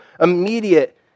immediate